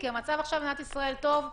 כי המצב עכשיו במדינת ישראל טוב,